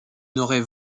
n’aurais